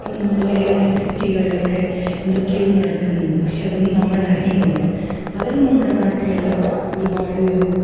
ഇപ്പം നമ്മൾ വലിയ വലിയ സിറ്റികളിലൊക്കെ എന്തൊക്കെയോ നടക്കുന്നുണ്ട് പക്ഷെ അതൊന്നും നമ്മൾ അറിയുന്നില്ല പകരം നമ്മുടെ നാട്ടിലുള്ള ഒരുപാട്